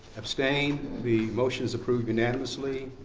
abstain? the motion is approved unanimously.